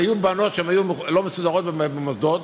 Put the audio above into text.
והיו בנות שלא היו מסודרות במוסדות,